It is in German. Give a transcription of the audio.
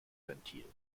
ventil